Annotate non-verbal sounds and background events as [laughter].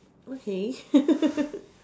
okay [laughs]